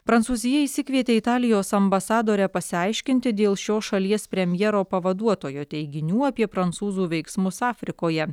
prancūzija išsikvietė italijos ambasadorę pasiaiškinti dėl šios šalies premjero pavaduotojo teiginių apie prancūzų veiksmus afrikoje